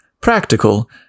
practical